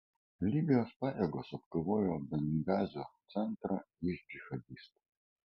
libijos pajėgos atkovojo bengazio centrą iš džihadistų